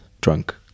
Drunk